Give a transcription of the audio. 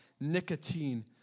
nicotine